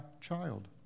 child